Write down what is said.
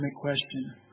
question